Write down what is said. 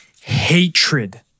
hatred